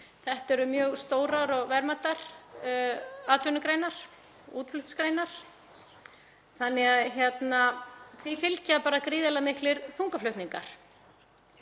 Þetta eru mjög stórar og verðmætar atvinnugreinar, útflutningsgreinar, og þeim fylgja gríðarlega miklir þungaflutningar.